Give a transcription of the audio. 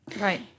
Right